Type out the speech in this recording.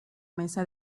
mesa